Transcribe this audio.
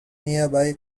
nearby